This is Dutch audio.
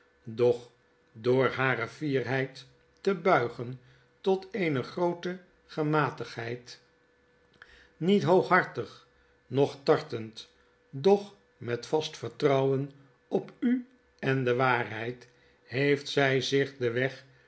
doch door hare fierheid te buigen tot eene groote gematigheid niet hooghartig noch tartend doch met vast vertrouwen op u en de waarheid heeft zy zich den weg